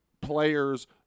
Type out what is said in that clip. players